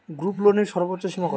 গ্রুপলোনের সর্বোচ্চ সীমা কত?